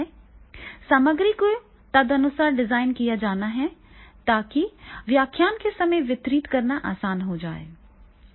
सामग्री को तदनुसार डिजाइन किया जाना है ताकि व्याख्यान के समय वितरित करना आसान हो जाए